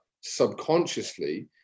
subconsciously